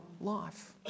life